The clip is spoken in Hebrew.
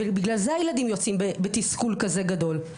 בגלל זה הילדים יוצאים בתסכול כזה גדול,